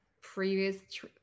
previous